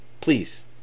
Please